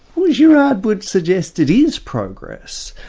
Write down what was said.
girard would suggest it is progress.